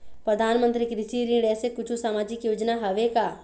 परधानमंतरी कृषि ऋण ऐसे कुछू सामाजिक योजना हावे का?